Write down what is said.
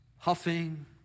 huffing